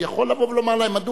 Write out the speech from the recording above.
יכול לבוא ולומר להם: מדוע?